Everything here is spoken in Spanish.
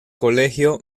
colegio